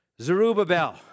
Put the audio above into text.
Zerubbabel